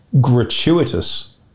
gratuitous